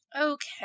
Okay